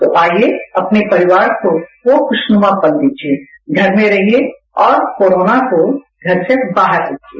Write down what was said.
तो आइए अपने परिवार को वो खुशनुमा पल दीजिए घर में रहिए और कोरोना को घर से बाहर फैंकिए